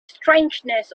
strangeness